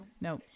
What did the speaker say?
No